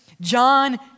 John